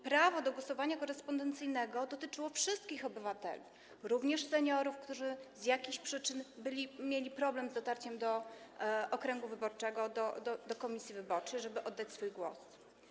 Prawo do głosowania korespondencyjnego dotyczyło wszystkich obywateli, również seniorów, którzy z jakichś przyczyn mieli problem z dotarciem do okręgu wyborczego, do komisji wyborczej, żeby oddać swój głos.